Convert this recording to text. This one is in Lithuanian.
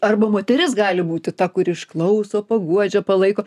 arba moteris gali būti ta kuri išklauso paguodžia palaiko